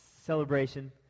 celebration